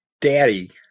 Daddy